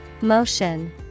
Motion